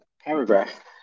paragraph